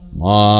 ma